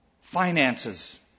finances